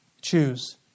Choose